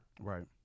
Right